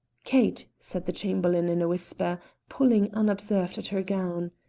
kate, said the chamberlain in a whisper, pulling unobserved at her gown,